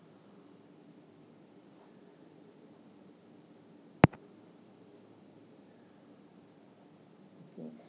okay